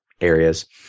areas